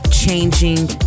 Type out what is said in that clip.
changing